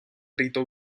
rito